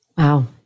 Wow